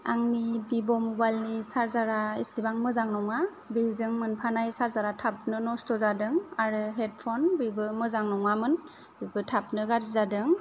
आंनि भिभ' मबाइलनि चार्जारा एसेबां मोजां नङा बेजों मोनफानाय चार्जारा थाबनो नस्थ जादों आरो हेडफन बेबो मोजां नङामोन बेबो थाबनो गाज्रि जादों